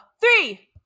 three